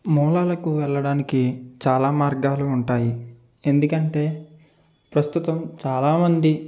మూలాలకు వెళ్లడానికి చాలా మార్గాలు ఉంటాయి ఎందుకంటే ప్రస్తుతం చాలామంది